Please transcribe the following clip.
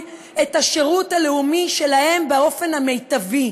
את השירות הלאומי שלהם באופן המיטבי,